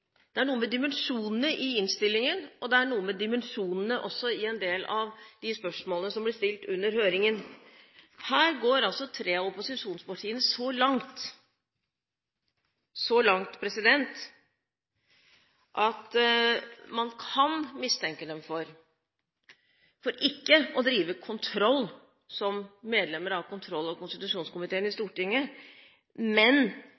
det er noe med dimensjonene i innstillingen, og det er noe med dimensjonene i en del av de spørsmålene som ble stilt under høringen. Her går altså tre av opposisjonspartiene så langt at man kan mistenke dem for ikke å drive kontroll – som medlemmer av kontroll- og konstitusjonskomiteen i Stortinget – men